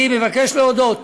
אני מבקש להודות